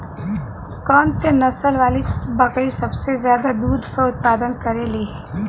कौन से नसल वाली बकरी सबसे ज्यादा दूध क उतपादन करेली?